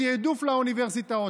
בתיעדוף לאוניברסיטאות,